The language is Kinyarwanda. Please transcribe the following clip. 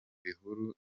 bihuru